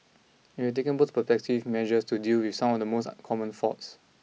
and we taken both preventive measures to deal with some of the most common faults